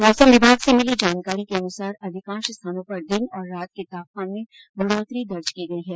मौसम विभाग से मिली जानकारी के अनुसार अधिकांश स्थानों पर दिन और रात के तापमान में बढ़ोतरी दर्ज की गई है